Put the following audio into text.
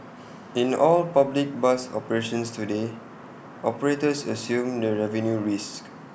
in all public bus operations today operators assume the revenue risk